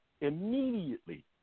immediately